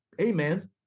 Amen